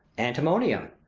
antimonium.